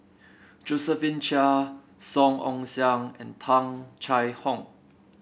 Josephine Chia Song Ong Siang and Tung Chye Hong